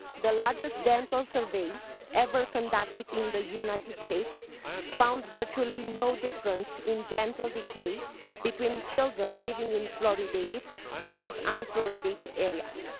the largest dental survey ever conducted in the united states found virtually no difference in dental decay between children living in fluoridated versus unfluoridated areas.